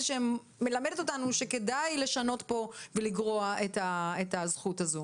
שמלמדת אותנו שכדאי לשנות פה ולגרוע את הזכות הזו.